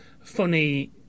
funny